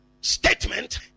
statement